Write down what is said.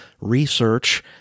research